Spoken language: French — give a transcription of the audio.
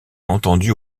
entendue